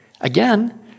Again